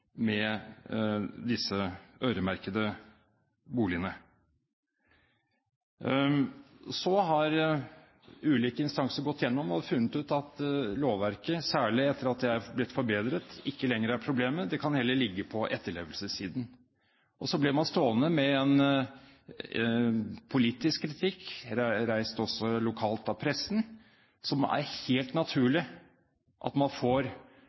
med disse øremerkede boligene. Så har ulike instanser gått igjennom og funnet at lovverket, særlig etter at det er blitt forbedret, ikke lenger er problemet. Det kan heller ligge på etterlevelsessiden. Så blir man stående med en politisk kritikk – også reist lokalt av pressen – som det er helt naturlig at man får